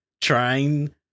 trying